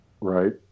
right